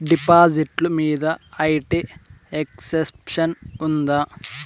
డిపాజిట్లు మీద IT exemption ఉందా?